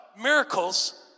miracles